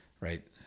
right